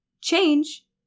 Change